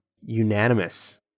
unanimous